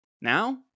Now